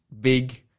big